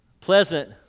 pleasant